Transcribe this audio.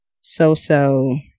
so-so